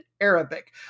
Arabic